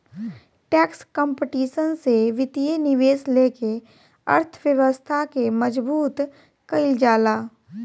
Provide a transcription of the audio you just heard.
tax competition से वित्तीय निवेश लेके अर्थव्यवस्था के मजबूत कईल जाला